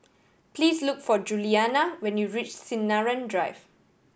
please look for Julianna when you reach Sinaran Drive